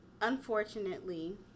unfortunately